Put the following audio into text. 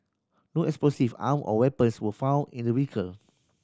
no explosive arm or weapons were found in the vehicle